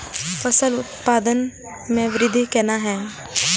फसल उत्पादन में वृद्धि केना हैं?